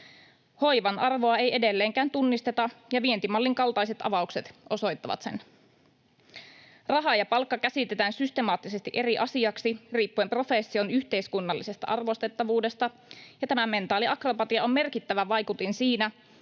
Hoivan arvoa ei edelleenkään tunnisteta, ja vientimallin kaltaiset avaukset osoittavat sen. Raha ja palkka käsitetään systemaattisesti eri asioiksi riippuen profession yhteiskunnallisesta arvostettavuudesta, ja tämä mentaaliakrobatia on merkittävä vaikutin siinä,